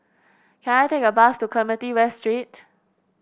can I take a bus to Clementi West Street